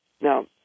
Now